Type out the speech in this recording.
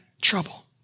trouble